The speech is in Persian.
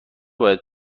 باید